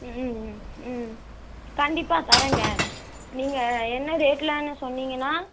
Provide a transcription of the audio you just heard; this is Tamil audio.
ம் ம் ம் கண்டிப்பாக தரேங்க நீங்கள் என்ன ரேட்டில்ன்னு சொன்னீங்கன்னால்